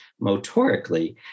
motorically